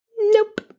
nope